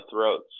throats